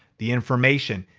the information.